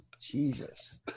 Jesus